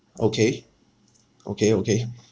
okay okay okay